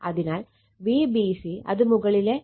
അതിനാൽ Vbc അത് മുകളിൽ 120o ആയിരിക്കും